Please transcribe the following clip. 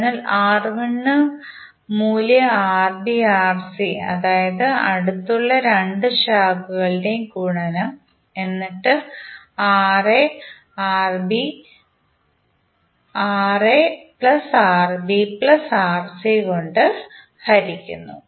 അതിനാൽ R1 ന് മൂല്യം RbRc അതായത് അടുത്തുള്ള 2 ശാഖകളുടെ ഗുണനം എന്നിട്ട് Ra Rb Rc കൊണ്ട് ഹരിക്കുന്നു